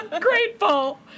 grateful